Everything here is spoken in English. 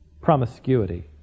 promiscuity